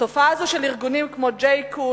התופעה הזאת של ארגונים כמו J Call,